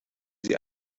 sie